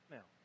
Now